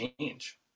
change